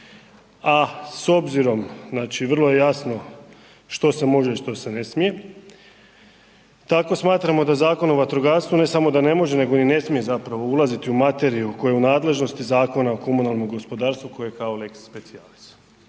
a s obzirom, znači vrlo je jasno što se može i što se ne smije, tako smatramo da Zakon o vatrogastvu ne samo da ne može nego ni smije zapravo ulaziti u materiju koja je u nadležnosti Zakona o komunalnom gospodarstvu koji je kao lex specialis.